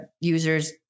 users